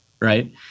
right